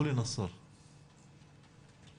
אני